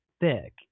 thick